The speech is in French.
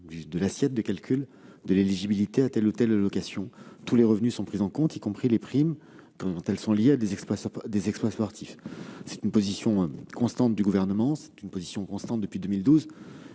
de l'assiette de calcul de l'éligibilité à telle ou telle allocation. Tous les revenus sont pris en compte pour ce calcul, y compris les primes lorsqu'elles sont liées à des exploits sportifs. C'est une position constante du Gouvernement, depuis 2012.